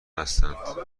هستند